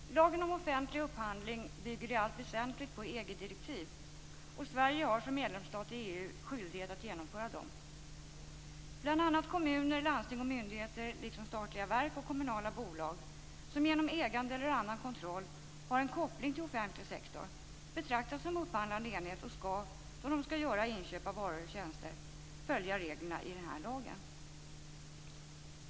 Herr talman! Lagen om offentlig upphandling bygger i allt väsentligt på EG-direktiv, och Sverige har som medlemsstat i EU skyldighet att genomföra dem. Bl.a. kommuner, landsting och myndigheter liksom statliga verk och kommunala bolag som genom ägande eller annan kontroll har en koppling till offentlig sektor betraktas som upphandlande enheter och skall då de gör inköp av varor eller tjänster följa reglerna i lagen.